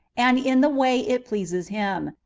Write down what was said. and in the way it pleases him,